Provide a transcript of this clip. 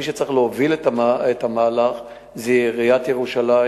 אבל מי שצריך להוביל את המהלך זה עיריית ירושלים.